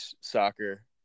soccer